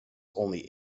only